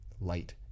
light